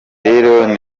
rero